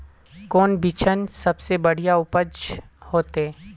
कौन बिचन सबसे बढ़िया उपज होते?